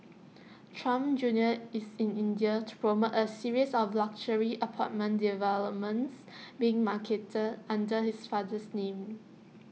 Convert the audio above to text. Trump junior is in India to promote A series of luxury apartment developments being marketed under his father's name